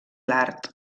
l’art